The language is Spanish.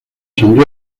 sant